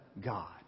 God